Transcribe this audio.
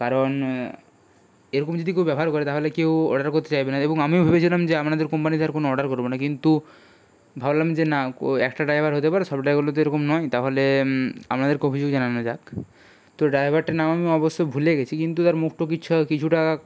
কারণ এরকম যদি কেউ ব্যবহার করে তাহলে কেউ অডার কোত্তে চাইবে না এবং আমিও ভেবেছিলাম যে আপনাদের কোম্পানিতে আর কোনো অডার করব না কিন্তু ভাবলাম যে না কো একটা ড্রাইভার হতে পারে সব ড্রাইভারগুলো তো এরকম নয় তাহলে আমনাদেরকে অভিযোগ জানানো যাক তো ড্রাইভারটার নাম আমি অবশ্য ভুলে গেছি কিন্তু তার মুখ টুখ কিচ্ছু কিছুটা